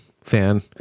fan